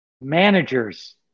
managers